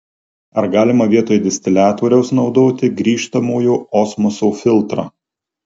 ar galima vietoj distiliatoriaus naudoti grįžtamojo osmoso filtrą